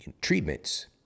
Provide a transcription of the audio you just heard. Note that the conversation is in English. treatments